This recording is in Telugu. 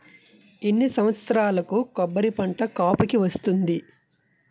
ఎన్ని సంవత్సరాలకు కొబ్బరి పంట కాపుకి వస్తుంది?